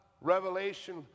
revelation